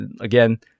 again